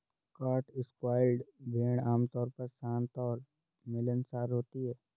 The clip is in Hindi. कॉटस्वॉल्ड भेड़ आमतौर पर शांत और मिलनसार होती हैं